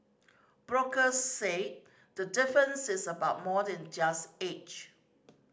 brokers say the difference is about more than just age